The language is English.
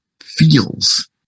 feels